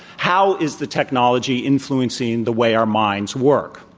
how is the technology influencing the way our minds work?